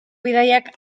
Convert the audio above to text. bidaiak